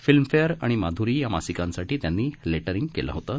Filmfare आणि माध्री या मासिकांसाठी त्यांनी लेटरिंग केलं होतं